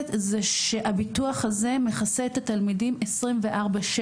זה שהביטוח הזה מכסה את התלמידים 24/7,